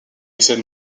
said